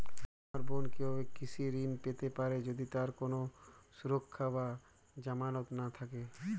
আমার বোন কীভাবে কৃষি ঋণ পেতে পারে যদি তার কোনো সুরক্ষা বা জামানত না থাকে?